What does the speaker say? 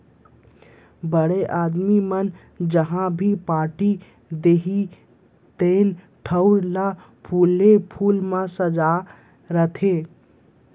बड़े आदमी मन जहॉं भी पारटी देहीं तेन ठउर ल फूले फूल म सजाय रथें